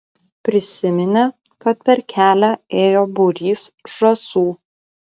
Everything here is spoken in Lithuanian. prisiminė kad per kelią ėjo būrys žąsų